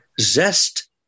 zest